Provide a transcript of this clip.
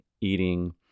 eating